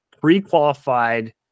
pre-qualified